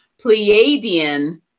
Pleiadian